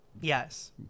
Yes